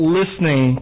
listening